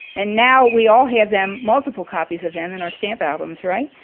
and now we all have them multiple copies of them in our stamp albums, right?